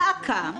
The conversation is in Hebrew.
דא עקא,